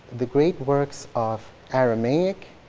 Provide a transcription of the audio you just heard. the great works of aramaic,